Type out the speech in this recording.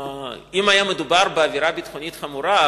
אם היה מדובר בעבירה ביטחונית חמורה,